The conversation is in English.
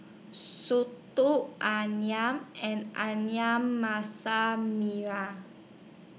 Soto Ayam and Ayam Masak Merah